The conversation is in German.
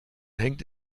hängt